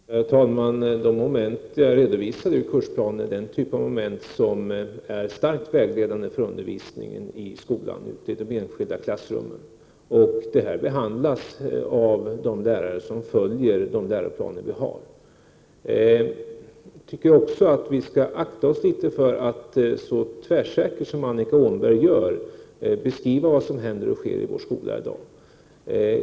Herr talman! De moment i kursplanen som jag redovisade är en typ av moment som är starkt vägledande i skolan och i de enskilda klassrummen. De här sakerna behandlas av de lärare som följer våra läroplaner. Jag tycker också att vi skall akta oss för att så tvärsäkert som Annika Åhnberg gör beskriva vad som händer och sker i vår skola i dag.